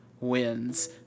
wins